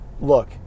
Look